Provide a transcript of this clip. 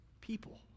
people